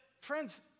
friends